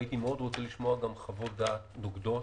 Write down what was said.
הייתי מאוד רוצה לשמוע חוות דעת נוקדות,